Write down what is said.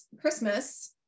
Christmas